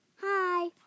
Hi